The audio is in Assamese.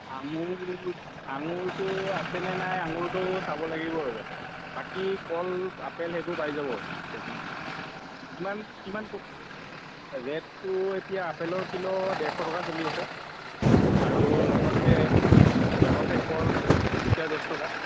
আঙুৰ আঙুৰটো আছে নে নাই আঙুৰটো চাব লাগিব ৰ'ব বাকী কল আপেল সেইবোৰ পাই যাব গোটেইখিনি কিমান কিমান প ৰেটটো এতিয়া আপেলৰ কিলো দেৰশ টকা চলি আছে আৰু লগতে লগতে কল দুটাই দহ টকা